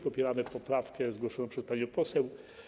Popieramy poprawkę zgłoszoną przez panią poseł.